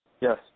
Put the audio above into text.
Yes